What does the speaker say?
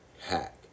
hack